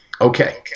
Okay